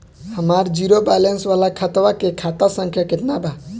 हमार zero balance वाला खतवा के खाता संख्या केतना बा?